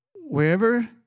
Wherever